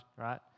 right